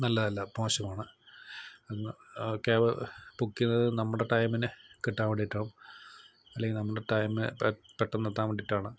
നല്ലതല്ല മോശമാണ് ക്യാബ് ബുക്കെയ്യുന്നത് നമ്മുടെ ടൈമിന് കിട്ടാൻ വേണ്ടിയിട്ടാവും അല്ലെങ്കിൽ നമ്മുടെ ടൈമ് പെ പെട്ടെന്നെത്താൻ വേണ്ടിയിട്ടാണ്